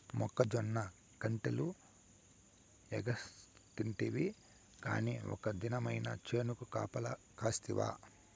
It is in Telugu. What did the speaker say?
మొక్కజొన్న కండెలు ఎగరేస్కతింటివి కానీ ఒక్క దినమైన చేనుకు కాపలగాస్తివా